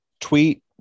tweet